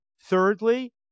Thirdly